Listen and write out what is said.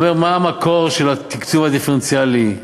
אומר מה המקור של התקצוב הדיפרנציאלי,